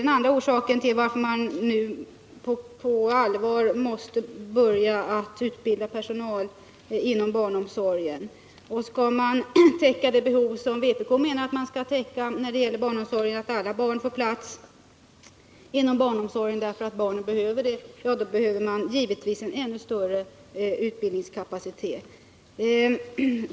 Man måste alltså nu på allvar börja utbilda personal inom barnomsorgen. Och skall man täcka det behov som vpk menar att man skall täcka när det gäller barnomsorgen, så att alla barn får plats inom barnomsorgen därför att barnen behöver det, erfordras givetvis en ännu större utbildningskapacitet.